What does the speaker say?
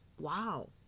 Wow